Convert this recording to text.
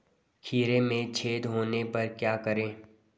खीरे में छेद होने पर क्या करें?